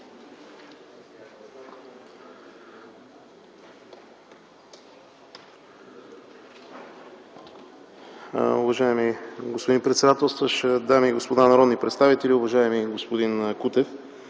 Уважаеми господин председателстващ, дами и господа народни представители! Уважаема госпожо Нинова,